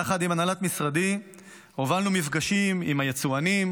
יחד עם הנהלת משרדי הובלנו מפגשים עם היצואנים